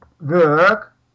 work